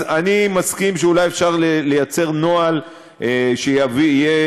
אז אני מסכים שאולי אפשר ליצור נוהל שייצור